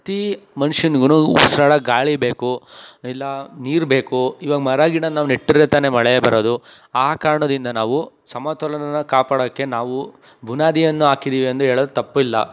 ಪ್ರತಿ ಮನುಷ್ಯನಿಗೂನು ಉಸಿರಾಡಕ್ಕೆ ಗಾಳಿ ಬೇಕು ಇಲ್ಲ ನೀರು ಬೇಕು ಇವಾಗ ಮರ ಗಿಡ ನಾವು ನೆಟ್ಟಿದ್ರೆ ತಾನೇ ಮಳೆ ಬರೋದು ಆ ಕಾರಣದಿಂದ ನಾವು ಸಮತೋಲನಾನ ಕಾಪಾಡಕ್ಕೆ ನಾವು ಬುನಾದಿಯನ್ನು ಹಾಕಿದ್ದೀವಿ ಎಂದು ಹೇಳಲು ತಪ್ಪಿಲ್ಲ